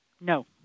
No